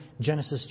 Genesis